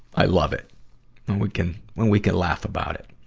i love it. when we can, when we can laugh about it.